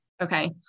Okay